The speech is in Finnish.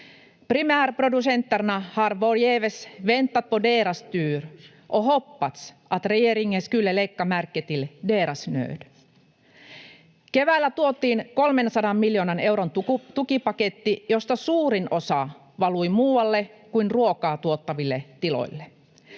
Primärproducenterna har förgäves väntat på sin tur och hoppats att regeringen skulle lägga märke till deras nöd. Keväällä tuotiin 300 miljoonan euron tukipaketti, josta suuri osa valui muualle kuin ruokaa tuottaville tiloille.